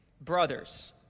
brothers